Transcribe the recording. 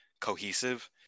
cohesive